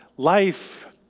Life